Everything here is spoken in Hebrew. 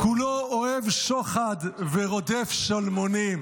-- כֻּלו אֹהב שֹחד ורֹדף שלמֹנים",